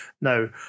Now